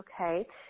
okay